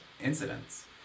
incidents